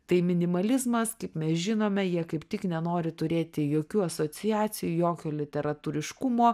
tai minimalizmas kaip mes žinome jie kaip tik nenori turėti jokių asociacijų jokio literatūriškumo